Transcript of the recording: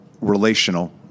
relational